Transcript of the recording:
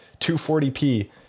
240p